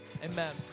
Amen